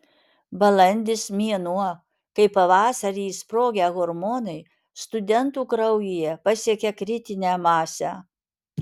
balandis mėnuo kai pavasarį išsprogę hormonai studentų kraujyje pasiekia kritinę masę